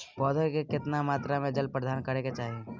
पौधों में केतना मात्रा में जल प्रदान करै के चाही?